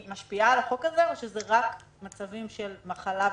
משפיעה על החוק הזה או שזה רק במצבים של מחלה ובידוד?